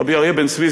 רבי אריה בן צבי,